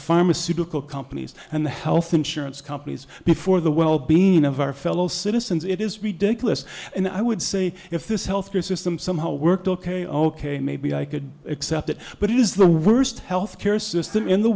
pharmaceutical companies and the health insurance companies before the well being of our fellow citizens it is ridiculous and i would say if this healthcare system somehow worked ok ok maybe i could accept it but it is the worst healthcare system in the